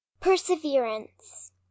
Perseverance